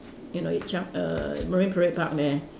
you know the chunk err Marine Parade Park there